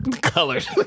Colored